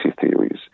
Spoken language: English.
theories